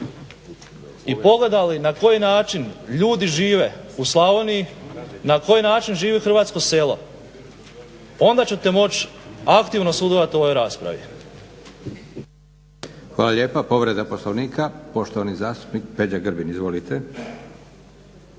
i pogledali na koji način ljudi žive u Slavoniji na koji način živi hrvatsko selo onda ćete moći aktivno sudjelovati u ovoj raspravi.